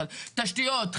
אבל תשתיות,